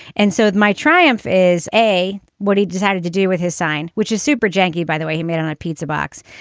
and so my triumph is a what he decided to do with his sign, which is super janki, by the way, he made on a pizza box,